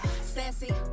Sassy